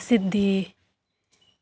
सिद्धी